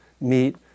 meet